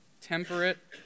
Temperate